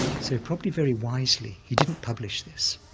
so probably very wisely, he didn't publish this.